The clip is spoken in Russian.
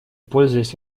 пользуясь